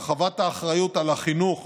הרחבת האחריות לחינוך